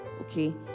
Okay